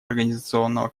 организационного